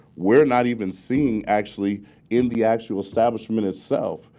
we're not even seeing actually in the actual establishment itself.